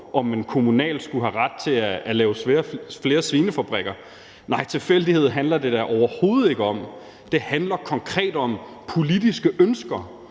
om man kommunalt skulle have ret til at lave flere svinefabrikker. Nej, tilfældigheder handler det da overhovedet ikke om. Det handler konkret om politiske ønsker